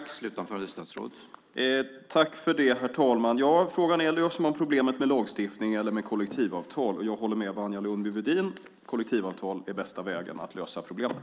Herr talman! Frågan är: Löser man problemet med lagstiftning eller med kollektivavtal? Jag håller med Wanja Lundby-Wedin. Kollektivavtal är bästa vägen att lösa problemet.